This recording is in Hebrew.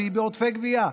והיא בעודפי גבייה,